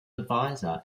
advisor